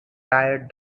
tired